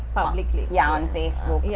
publicly yeah! on facebook, yeah